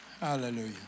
Hallelujah